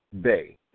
Bay